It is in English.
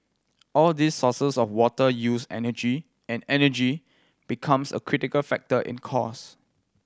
all these sources of water use energy and energy becomes a critical factor in cost